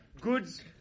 goods